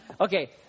okay